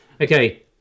Okay